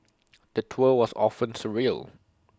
the tour was often surreal